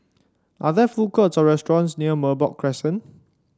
are there food courts or restaurants near Merbok Crescent